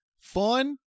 Fun